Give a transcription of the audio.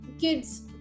kids